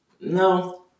No